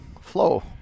flow